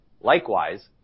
Likewise